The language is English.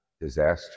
disaster